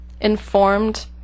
informed